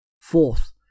Fourth